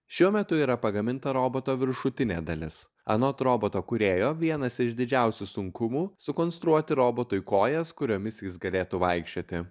šiuo metu yra pagaminta roboto viršutinė dalis anot roboto kūrėjo vienas iš didžiausių sunkumų sukonstruoti robotui kojas kuriomis jis galėtų vaikščioti